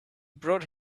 brought